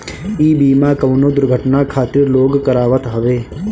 इ बीमा कवनो दुर्घटना खातिर लोग करावत हवे